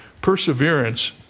perseverance